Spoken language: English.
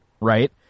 right